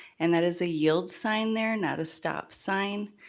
and that is a yield sign there, not a stop sign,